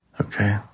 Okay